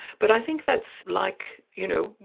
but i think that's like, you know,